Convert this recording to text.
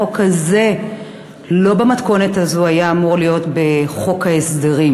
החוק הזה לא היה אמור להיות בחוק ההסדרים